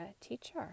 teacher